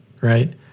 right